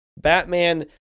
Batman